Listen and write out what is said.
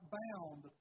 bound